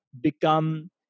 become